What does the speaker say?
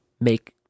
make